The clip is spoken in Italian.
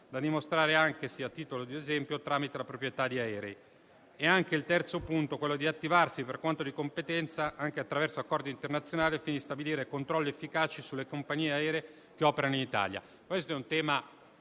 da dimostrare anche, solo a titolo di esempio, tramite la proprietà di aerei; e al terzo punto che impegna ad attivarsi, per quanto di competenza e anche attraverso accordi internazionali, al fine di stabilire controlli efficaci sulle compagnie aeree che operano in Italia. È un tema